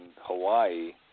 Hawaii